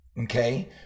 okay